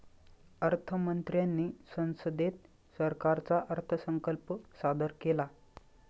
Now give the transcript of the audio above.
अर्थ मंत्र्यांनी संसदेत सरकारचा अर्थसंकल्प सादर केला